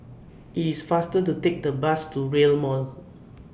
IT IS faster to Take The Bus to Rail Mall